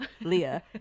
Leah